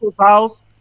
house